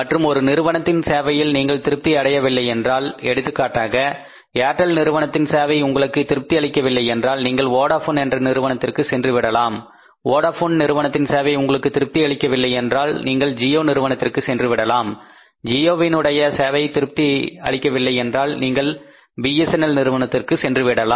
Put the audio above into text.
மற்றும் ஒரு நிறுவனத்தின் சேவையில் நீங்கள் திருப்தி அடையவில்லை என்றால் எடுத்துக்காட்டாக ஏர்டெல் நிறுவனத்தின் சேவை உங்களுக்கு திருப்தி அளிக்கவில்லை என்றால் நீங்கள் வோடபோன் என்ற நிறுவனத்திற்கு சென்று விடலாம் வோடபோன் வோடபோன் v நிறுவனத்தின் சேவை உங்களுக்கு திருப்தி அளிக்கவில்லை என்றால் நீங்கள் ஜியோ நிறுவனத்திற்கு சென்று விடலாம் ஜியோ உடைய சேவை உங்களுக்கு திருப்தி அளிக்கவில்லை என்றால் நீங்கள் பிஎஸ்என்எல் நிறுவனத்திற்கு சென்று விடலாம்